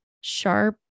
sharp